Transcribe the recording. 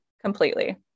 completely